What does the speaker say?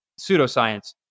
pseudoscience